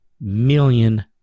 million